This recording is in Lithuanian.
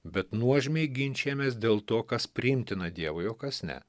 bet nuožmiai ginčijamės dėl to kas priimtina dievui o kas ne